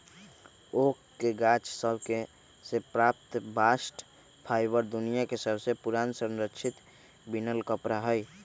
oak के गाछ सभ से प्राप्त बास्ट फाइबर दुनिया में सबसे पुरान संरक्षित बिनल कपड़ा हइ